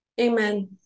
amen